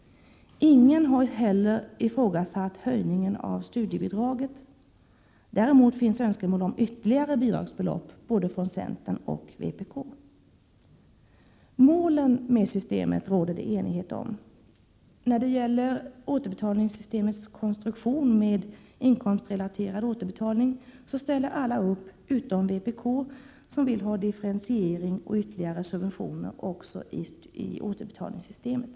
Ingen har heller ifrågasatt höjningen av studiebidraget. Däremot finns önskemål om ytterligare bidragsbelopp både från centern och från vpk. Målen för systemet råder det enighet om. När det gäller återbetalningssystemets konstruktion med inkomstrelaterad återbetalning ställer alla upp utom vpk, som vill ha differentiering och ytterligare subventioner också i återbetalningssystemet.